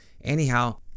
Anyhow